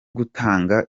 gutanga